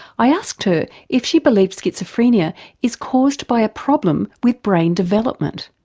i asked her if she believes schizophrenia is caused by a problem with brain development.